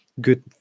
Good